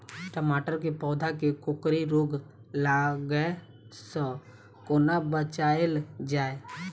टमाटर केँ पौधा केँ कोकरी रोग लागै सऽ कोना बचाएल जाएँ?